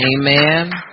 Amen